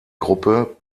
gruppe